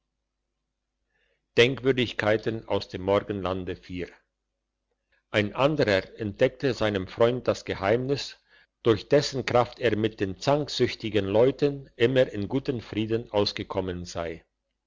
ein anderer entdeckte seinem freund das geheimnis durch dessen kraft er mit den zanksüchtigen leuten immer in gutem frieden ausgekommen sei